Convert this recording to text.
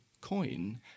coin